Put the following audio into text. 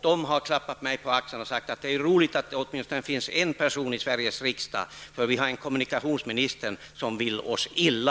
En person uttryckte sig på följande sätt: Det är roligt att det åtminstone finns en person i Sveriges riksdag som stödjer oss, eftersom vi har en kommunikationsminister som vill oss illa.